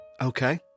Okay